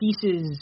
pieces